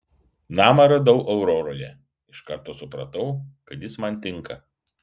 namą radau auroroje iš karto supratau kad jis man tinka